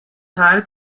teil